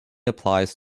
applies